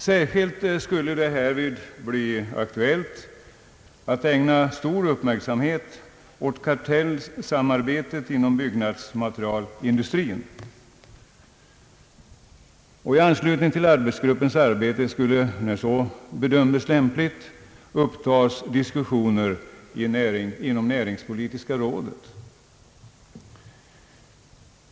Särskilt skulle det härvid bli aktuellt att ägna stor uppmärksamhet åt kartellsamarbetet inom byggnadsmaterialindustrin. I anslutning till arbetsgruppen skulle, när så bedömdes lämpligt, upptas diskussioner inom näringspolitiska rådet.